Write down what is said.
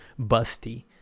busty